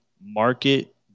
market